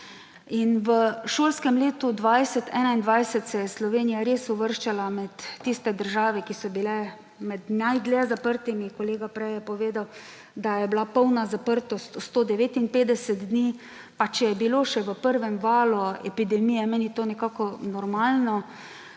V šolskem letu 2020/2021 se je Slovenija res uvrščala med tiste države, ki so bile med najdlje zaprtimi. Kolega je prej povedal, da je bila polna zaprtost 159 dni. Pa če je bilo še v prvem valu epidemije meni to nekako normalno